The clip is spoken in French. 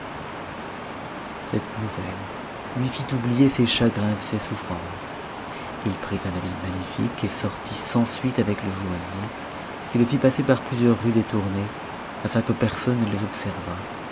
cette nouvelle lui fit oublier ses chagrins et ses souffrances h prit un habit magnifique et sortit sans suite avec le joaillier qui le fit passer par plusieurs rues détournées afin que personne ne les observât